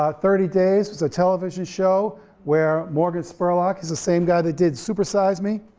ah thirty days was a television show where morgan spurlock, he's the same guy that did super-size me,